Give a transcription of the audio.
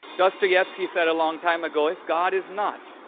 dostoevsky said a long time ago, if god is not,